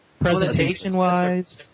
Presentation-wise